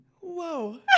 Whoa